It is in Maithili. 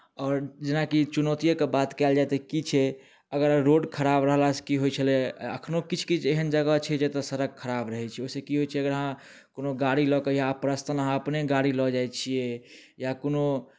आओर जेनाकि चुनौतिएके बात कयल जाय तऽ की छै अगर रोड खराब रहलासँ की होइ छलै एखनहु किछु किछु एहन जगह छै जतय सड़क खराब रहैत छै ओहिसँ की होइत छै अगर अहाँ कोनो गाड़ी लऽ कऽ या पर्सनल अहाँ अपने गाड़ी लऽ जाइत छियै या कोनो